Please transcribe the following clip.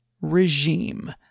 regime